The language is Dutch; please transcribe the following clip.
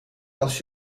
als